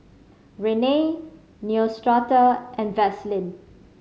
Rene Neostrata and Vaselin